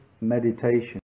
meditation